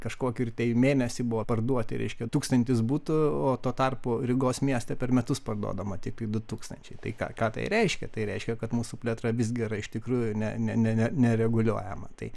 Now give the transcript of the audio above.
kažkokį ir tai mėnesį buvo parduoti reiškia tūkstantis butų o tuo tarpu rygos mieste per metus parduodama tik du tūkstančiai tai ką ką tai reiškia tai reiškia kad mūsų plėtra visgi yra iš tikrųjų ne ne ne nereguliuojama tai